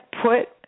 put